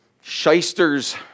shysters